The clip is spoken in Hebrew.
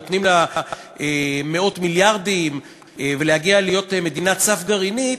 נותנים לה מאות מיליארדים ולהגיע למדינת סף גרעינית,